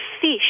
fish